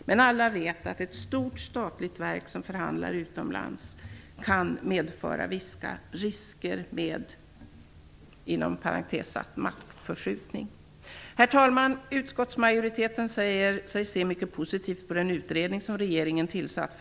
Men alla vet att med ett stort statligt verk som förhandlar utomlands finns det vissa risker för Herr talman! Utskottsmajoriteten säger sig se mycket positivt på den utredning som regeringen tillsatt.